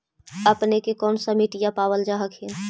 अपने के कौन सा मिट्टीया पाबल जा हखिन?